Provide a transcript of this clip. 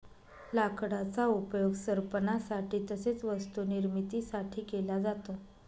लाकडाचा उपयोग सरपणासाठी तसेच वस्तू निर्मिती साठी केला जातो